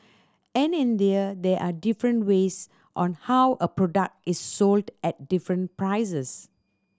in India there are different ways on how a product is sold at different prices